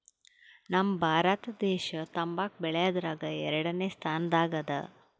ನಮ್ ಭಾರತ ದೇಶ್ ತಂಬಾಕ್ ಬೆಳ್ಯಾದ್ರಗ್ ಎರಡನೇ ಸ್ತಾನದಾಗ್ ಅದಾ